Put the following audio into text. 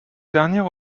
dernier